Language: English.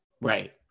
Right